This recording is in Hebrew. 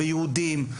יהודים,